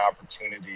opportunity